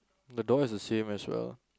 the door is the same as well